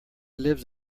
lives